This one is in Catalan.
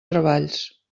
treballs